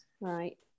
Right